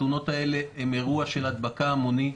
החתונות האלה הן אירוע של הדבקה המונית,